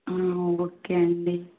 okay అండి